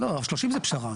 30 זה פשרה.